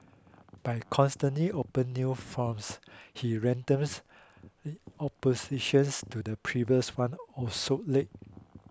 by constantly open new fronts he renders oppositions to the previous one obsolete